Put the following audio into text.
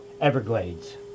Everglades